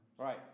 Right